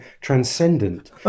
transcendent